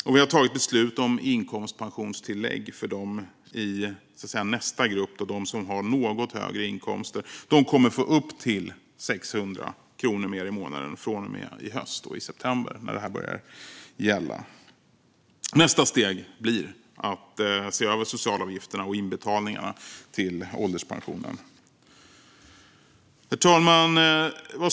Vi har också fattat beslut om inkomstpensionstillägg för dem i nästa grupp, de som har något högre inkomster. De kommer att få upp till 600 kronor mer i månaden från och med i höst, i september, när det här börjar gälla. Nästa steg blir att se över socialavgifterna och inbetalningarna till ålderspensionen. Herr talman!